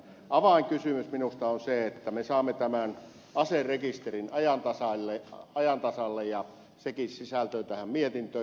avainkysymys minusta on se että me saamme tämän aserekisterin ajan tasalle ja sekin sisältyy tähän mietintöön